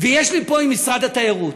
ויש לי פה עם משרד התיירות,